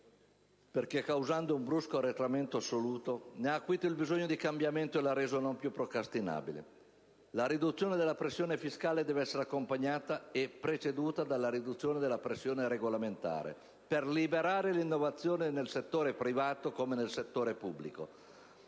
perché, causando un brusco arretramento assoluto, ne ha acuito il bisogno di cambiamento e l'ha reso non più procrastinabile. La riduzione della pressione fiscale deve essere accompagnata e preceduta dalla riduzione della pressione regolamentare, per liberare l'innovazione, nel settore privato come nel settore pubblico.